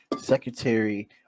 Secretary